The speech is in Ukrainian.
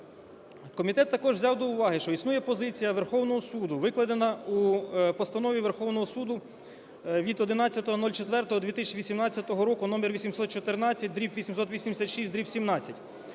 Комітет також взяв до уваги, що існує позиція Верховного Суду, викладена у Постанові Верховного Суду від 11.04.2018 року (№ 814/886/17)